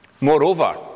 Moreover